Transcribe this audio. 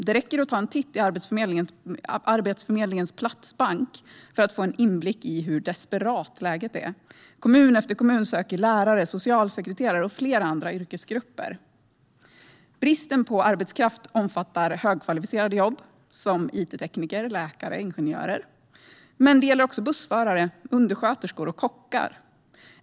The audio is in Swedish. Det räcker att ta en titt i Arbetsförmedlingens platsbank för att få en inblick i hur desperat läget är. Kommun efter kommun söker lärare, socialsekreterare och flera andra yrkesgrupper. Bristen på arbetskraft omfattar högkvalificerade jobb såsom it-tekniker, läkare och ingenjörer. Men det saknas också bussförare, undersköterskor och kockar.